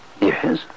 Yes